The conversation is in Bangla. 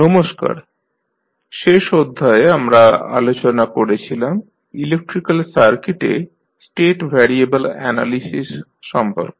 নমস্কার শেষ অধ্যায়ে আমরা আলোচনা করেছিলাম ইলেক্ট্রিক্যাল সার্কিটে স্টেট ভ্যারিয়েবল অ্যানালিসিস সম্পর্কে